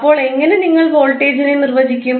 അപ്പോൾ എങ്ങനെ നിങ്ങൾ വോൾട്ടേജിനെ നിർവചിക്കും